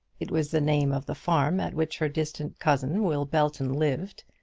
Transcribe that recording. it was the name of the farm at which her distant cousin, will belton, lived,